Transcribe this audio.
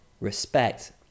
respect